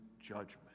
judgment